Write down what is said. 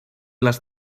les